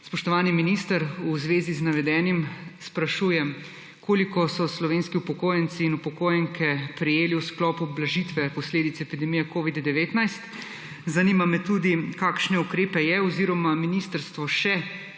Spoštovani minister, v zvezi z navedenim sprašujem: Koliko so slovenski upokojenci in upokojenke prejeli v sklopu blažitve posledic epidemije covida-19? Zanima me tudi: Kakšne ukrepe je oziroma ministrstvo še